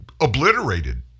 obliterated